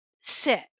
sit